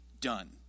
done